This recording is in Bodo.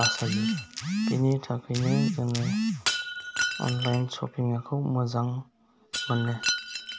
बासायो बिनि थाखायनो जोङो अनलाइन शपिं खौ मोजां मोनो